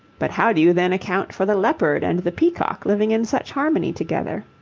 but how do you then account for the leopard and the peacock living in such harmony together?